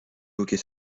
hockey